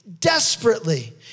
desperately